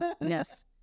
Yes